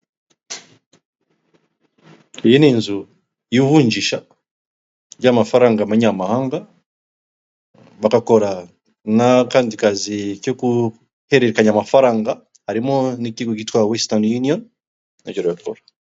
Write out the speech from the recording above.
Iyi ni inzu y'ivunjisha ry'amafaranga amanyamahanga nabapakora n'akandi kazi cyo guhererekanya amafaranga harimo n'ikigo cyitwa wesitani yuniyoni n'igipapuro.